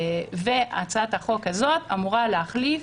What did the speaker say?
והצעת החוק הזאת אמורה להחליף,